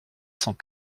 cent